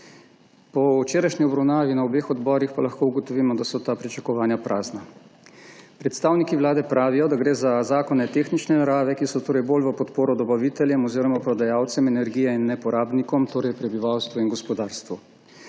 Po včerajšnji obravnavi na obeh odborih pa lahko ugotovimo, da so ta pričakovanja prazna. Predstavniki vlade pravijo, da gre za zakone tehnične narave, ki so torej bolj v podporo dobaviteljem oziroma prodajalcem energije in ne porabnikom, torej prebivalstvu in gospodarstvu.